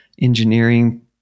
engineering